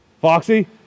Foxy